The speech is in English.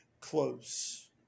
close